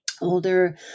older